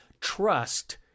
trust